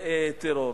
טרור.